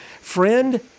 Friend